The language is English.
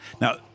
Now